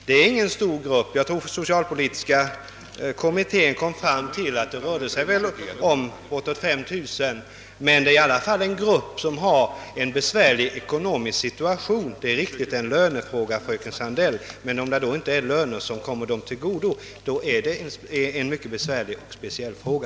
De utgör ingen stor grupp — jag tror att socialpolitiska kommittén kom fram till att det rör sig om ungefär 5000 personer — men det gäller i alla fall en grupp som befinner sig i en besvärlig ekonomisk situation. Det är riktigt att det är en lönefråga, men eftersom några löner i regel ej kommer dem till godo är det en mycket besvärlig och speciell fråga.